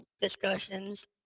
discussions